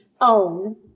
own